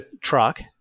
truck